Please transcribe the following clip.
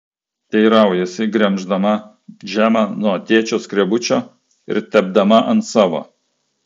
teiraujasi gremždama džemą nuo tėčio skrebučio ir tepdama ant savo